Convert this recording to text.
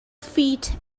feet